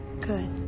good